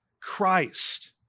Christ